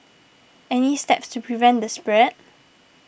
any steps to prevent the spread